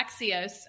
Axios